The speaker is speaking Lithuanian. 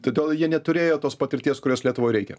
todėl jie neturėjo tos patirties kurios lietuvoj reikia